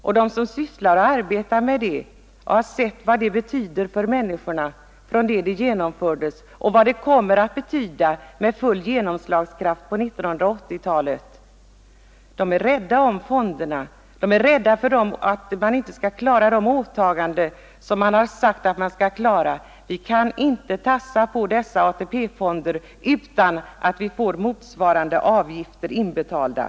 Vi, som sysslar med detta system och sett vad det betyder för människorna från den tid det genomfördes och vad det kommer att betyda med full genomslagskraft på 1980-talet är rädda om fonderna. Vi är rädda för att inte kunna klara de åtaganden vi sagt att vi skall klara. Vi hävdar att man inte kan Nr 56 tafsa på dessa ATP-fonder utan att vi får motsvarande avgifter inbetalda.